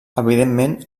evidentment